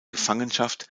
gefangenschaft